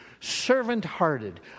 Servant-hearted